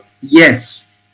Yes